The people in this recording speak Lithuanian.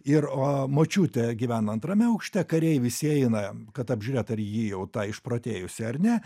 ir o močiutė gyvena antrame aukšte kariai visi eina kad apžiūrėt ar ji jau ta išprotėjusi ar ne